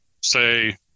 say